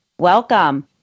Welcome